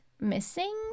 missing